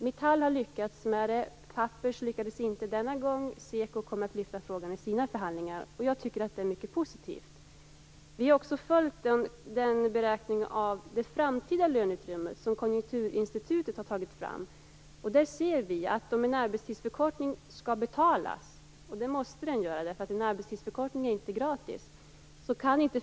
Metall har lyckats med det. Pappers lyckades inte denna gång. SEKO kommer att lyfta frågan i sina förhandlingar. Jag tycker att det är mycket positivt. Vi har också följt den beräkning av det framtida löneutrymmet som Konjunkturinstitutet har tagit fram. Vi ser att en arbetstidsförkortning inte kan gå för snabbt om den skall betalas, vilket den måste. En arbetstidsförkortning är inte gratis.